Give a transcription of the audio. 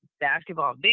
basketball